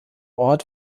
ort